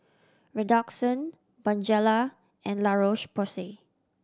Redoxon Bonjela and La Roche Porsay